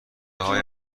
های